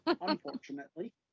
unfortunately